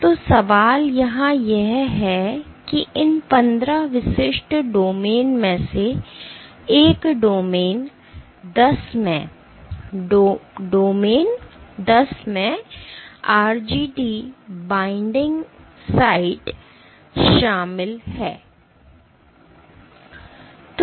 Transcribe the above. तो सवाल यहाँ यह है और इन 15 विशिष्ट डोमेन में से एक डोमेन 10 में RGD बाध्यकारी साइट शामिल है